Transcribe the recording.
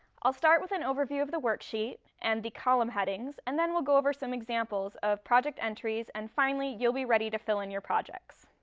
i'll start with an overview of the worksheet and the column headings, and then we'll go over some examples of project entries, and finally you'll be ready to fill in your projects.